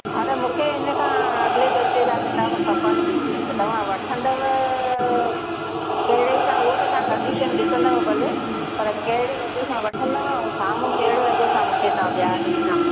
दादा मूंखे इनखां अॻिले दर्जे जा किताब खपनि बि त तव्हां वठंदव कहिड़े सां उहो त तव्हां कंडिशन ॾिसंदव भले पर कहिड़े अघ सां वठंदव ऐं साम्हूं कहिड़े अघ सां मूंखे तव्हां ॿिया ॾींदा